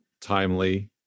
timely